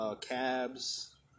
cabs